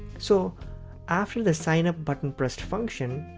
so after the sign up button pressed function,